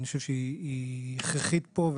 היא הכרחית פה.